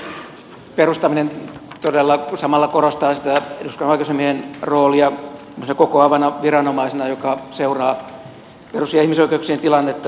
ihmisoikeuskeskuksen perustaminen todella samalla korostaa eduskunnan oikeusasiamiehen roolia tämmöisenä kokoavana viranomaisena joka seuraa perus ja ihmisoikeuksien tilannetta